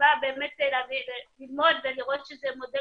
בתקווה באמת ללמוד ולראות שזה מודל